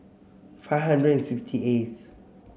five hundred and sixty eighth